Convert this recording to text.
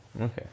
Okay